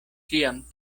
ĉiam